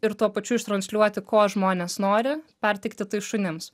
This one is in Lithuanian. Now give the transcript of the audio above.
ir tuo pačiu ištransliuoti ko žmonės nori perteikti tai šunims